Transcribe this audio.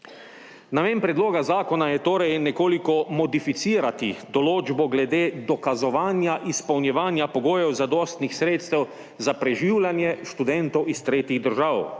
Namen predloga zakona je torej nekoliko modificirati določbo glede dokazovanja izpolnjevanja pogojev zadostnih sredstev za preživljanje študentov iz tretjih držav.